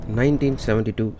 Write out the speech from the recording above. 1972